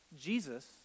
Jesus